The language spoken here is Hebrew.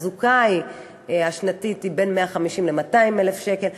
התחזוקה השנתית היא בין 150,000 ל-200,000 שקל.